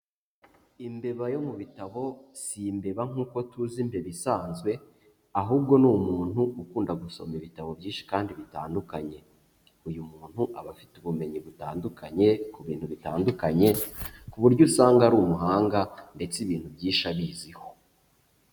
Imbeba yo mu bitabo, si imbeba nk'uko tuzi imbeba isanzwe, ahubwo ni umuntu ukunda gusoma ibitabo byinshi kandi bitandukanye. Uyu muntu aba afite ubumenyi butandukanye, ku bintu bitandukanye, ku buryo usanga ari umuhanga ndetse ibintu byinshi abiziho.